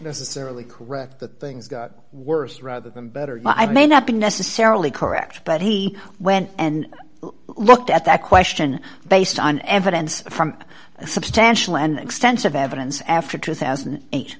necessarily correct the things got worse rather than better i may not be necessarily correct but he went and looked at that question based on evidence from substantial and extensive evidence after two thousand and eight